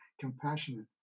compassionate